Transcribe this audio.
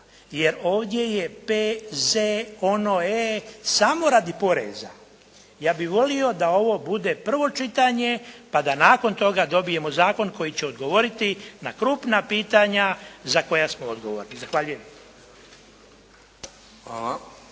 jer ovdje je P.Z. ono E. samo radi poreza. Ja bih volio da ovo bude prvo čitanje pa da nakon toga dobijemo zakon koji će odgovoriti na krupna pitanja za koja smo odgovorni. Zahvaljujem.